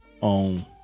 on